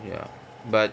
ya but